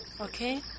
Okay